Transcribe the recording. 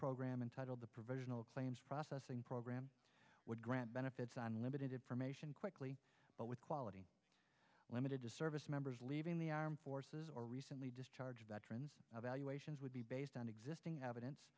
program entitled the provisional claims processing program would grant benefits on limited information quickly but with quality limited service members leaving the armed forces or recently discharged veterans of valuations would be based on existing evidence